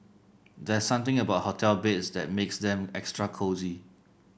there's something about hotel beds that makes them extra cosy